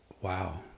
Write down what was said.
wow